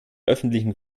öffentlichen